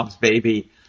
baby